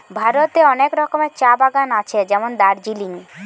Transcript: ভারতে অনেক রকমের চা বাগান আছে যেমন দার্জিলিং